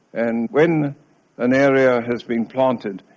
and when an area has been planted,